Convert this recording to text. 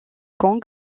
kong